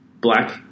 black